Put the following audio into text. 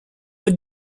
were